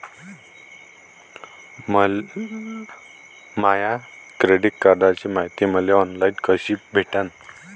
माया credit कार्डची मायती मले ऑनलाईन कसी भेटन?